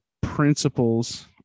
principles